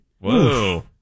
Whoa